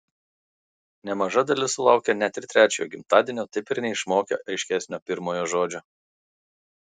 nemaža dalis sulaukia net ir trečiojo gimtadienio taip ir neišmokę aiškesnio pirmojo žodžio